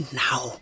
now